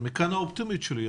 מכאן האופטימיות שלי.